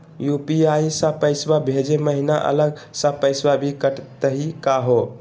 UPI स पैसवा भेजै महिना अलग स पैसवा भी कटतही का हो?